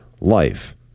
life